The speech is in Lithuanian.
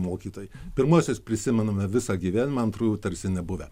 mokytojai pirmasis prisimename visą gyvenimą antrųjų tarsi nebuvę